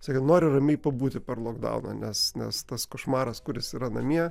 sakė noriu ramiai pabūti per lokdauną nes nes tas košmaras kuris yra namie